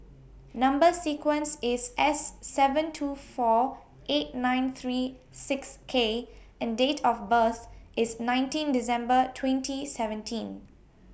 Number sequence IS S seven two four eight nine three six K and Date of birth IS nineteen December twenty seventeen